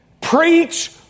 Preach